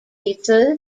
pizza